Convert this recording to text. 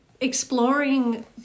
exploring